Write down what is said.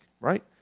right